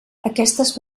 aquestes